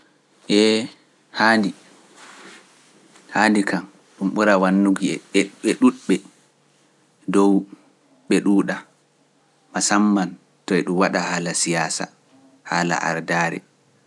Eeh haandi dun wallita dudbe dun acca be duda musammam to e dun wada haala ardare.